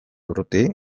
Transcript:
urruti